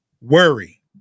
Worry